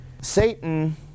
Satan